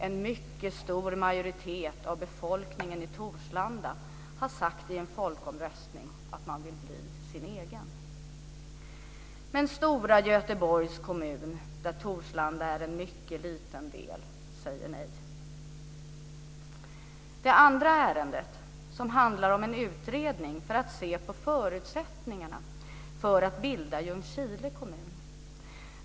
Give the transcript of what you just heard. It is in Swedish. En mycket stor majoritet av befolkningen i Torslanda har sagt i en folkomröstning att man vill bli sin egen. Men stora Göteborgs kommun, där Torslanda är en mycket liten del, säger nej. Det andra ärendet handlar om en utredning för att se på förutsättningarna för att bilda Ljungskile kommun.